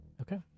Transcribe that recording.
okay